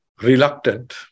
reluctant